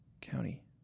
county